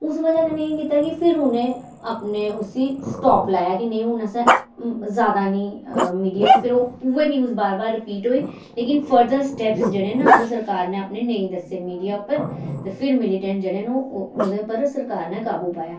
उस बजह् कन्नै एह् कीता कि फिर उ'नें अपने उसी स्टॉप लाया कि नेईं हून असें जादा निं मीडिया च फिर ओह् उ'ऐ न्यूज़ बार बार रीपिट होई लेकिन फरदर स्टेप्स जेह्ड़े न ओह् सरकार ने अपने नेईं दस्से मीडिया उप्पर ते फिर मिलिटेंट जेह्ड़े न ओह्दे पर सरकार ने काबू पाया